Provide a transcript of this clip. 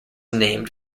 named